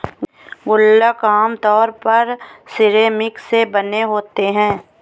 गुल्लक आमतौर पर सिरेमिक से बने होते हैं